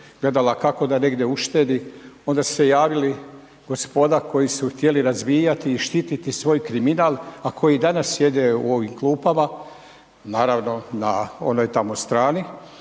gledala kako da negdje uštedi onda su se javili gospoda koji su htjeli razvijati i štititi svoj kriminal, a koji danas sjede u ovim klupama, naravno na onoj tamo strani,